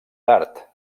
tard